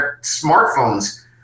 smartphones